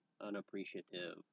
unappreciative